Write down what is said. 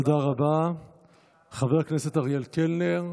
אתה יודע שאנשי האוצר עובדים כל השנה על התקציב.